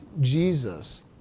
Jesus